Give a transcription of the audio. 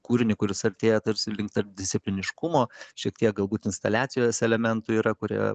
kūrinį kuris artėja tarsi tarpdiscipliniškumo šiek tiek galbūt instaliacijos elementų yra kurie